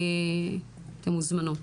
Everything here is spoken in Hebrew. אתן מוזמנות.